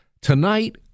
tonight